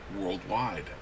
worldwide